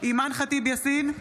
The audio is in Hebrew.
אימאן ח'טיב יאסין,